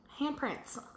Handprints